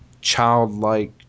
Childlike